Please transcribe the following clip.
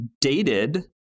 dated